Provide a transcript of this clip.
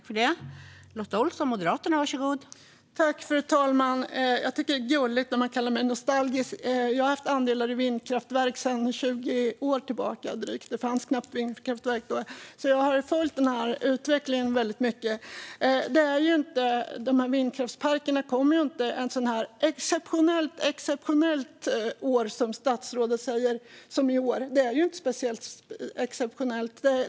Fru talman! Jag tycker att det är gulligt när man kallar mig nostalgisk. Jag har andelar i vindkraftverk sedan drygt 20 år tillbaka - det fanns ju knappt vindkraftverk då - och har följt utvecklingen noga. Vindkraftsparkerna klarar inte ett sådant exceptionellt år, som statsrådet uttrycker det, som i år. Men det är ju inte särskilt exceptionellt.